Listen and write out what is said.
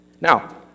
Now